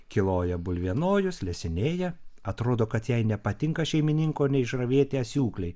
kiloja bulvienojus lesinėja atrodo kad jei nepatinka šeimininko neišravėti asiūkliai